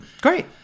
great